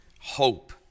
hope